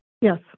yes